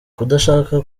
kudashaka